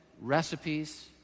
recipes